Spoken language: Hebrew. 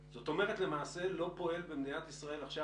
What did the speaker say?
זאת אומרת למעשה לא פועל במדינת ישראל עכשיו,